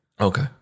Okay